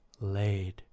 laid